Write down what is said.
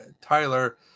tyler